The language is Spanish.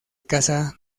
casa